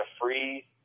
free